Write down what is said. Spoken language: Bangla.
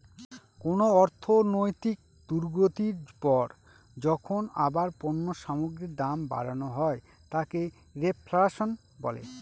কোন অর্থনৈতিক দুর্গতির পর যখন আবার পণ্য সামগ্রীর দাম বাড়ানো হয় তাকে রেফ্ল্যাশন বলে